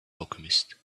alchemist